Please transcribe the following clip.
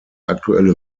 aktuelle